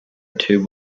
two